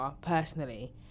personally